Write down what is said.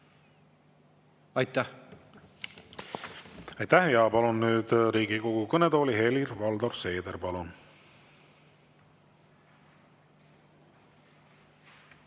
Aitäh! Aitäh! Palun nüüd Riigikogu kõnetooli Helir-Valdor Seederi. Palun!